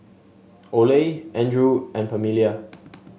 Oley Andrew and Pamelia